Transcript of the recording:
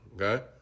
okay